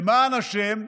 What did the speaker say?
למען השם,